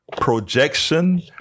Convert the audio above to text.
Projection